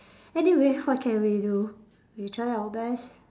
anyway what can we do we try our best